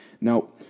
Now